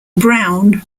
brown